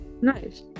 Nice